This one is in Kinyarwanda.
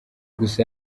gusa